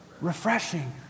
Refreshing